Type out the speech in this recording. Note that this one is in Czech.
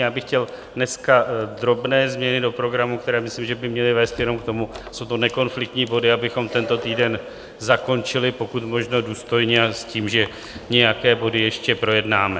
Já bych chtěl dneska drobné změny do programu, které myslím, že by měly vést jenom k tomu jsou to nekonfliktní body abychom tento týden zakončili pokud možno důstojně a s tím, že nějaké body ještě projednáme.